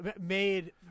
made